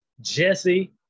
Jesse